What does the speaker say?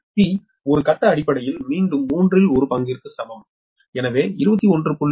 P ஒரு கட்ட அடிப்படையில் மீண்டும் மூன்றில் ஒரு பங்கிற்கு சமம் எனவே 21